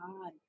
God